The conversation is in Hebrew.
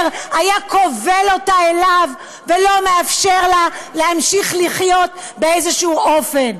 היה כובל אותה אליו ולא מאפשר לה להמשיך לחיות באיזה אופן.